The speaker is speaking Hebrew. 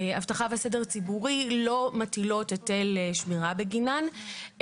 אבטחה וסדר ציבורי לא מטילות היטל שמירה בגינם,